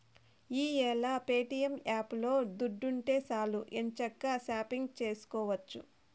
ఈ యేల ప్యేటియం యాపులో దుడ్డుంటే సాలు ఎంచక్కా షాపింగు సేసుకోవచ్చు